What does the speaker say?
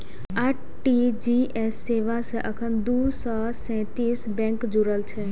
RTGS सेवा सं एखन दू सय सैंतीस बैंक जुड़ल छै